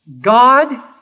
God